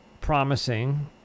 promising